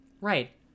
Right